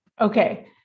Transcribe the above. Okay